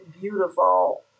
beautiful